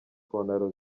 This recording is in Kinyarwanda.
kontaro